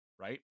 right